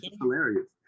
hilarious